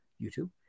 YouTube